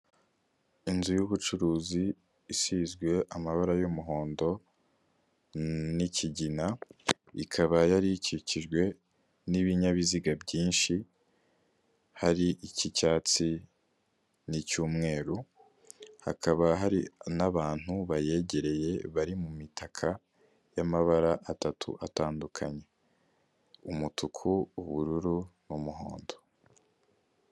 Inzu y'ubucuruzi isizwe amabara'umuhondo n'ikigina, ikaba yari ikikijwe n'ibinyabiziga byinshi hari icy'icyatsi n'icy'umweru, hakaba hari n'abantu bayegereye bari mu mitaka y'amabara atatu atandukanye ; umutuku, ubururu, n'umuhondo.